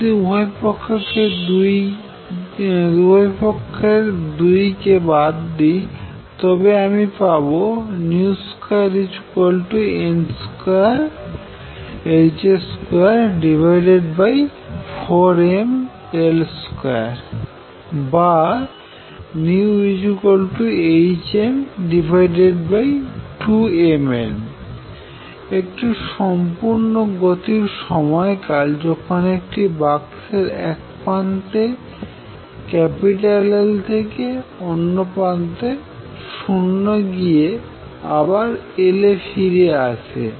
যদি আমি উভয়পক্ষের 2 কে বাদ দিই তবে আমি পাব v2h2n24mL2 বা v একটি সম্পূর্ণ গতির সময়কাল যখন এটি বাক্সের এক প্রান্ত L থেকে অন্য প্রান্ত 0 এ গিয়ে আবার L এ ফিরে আসে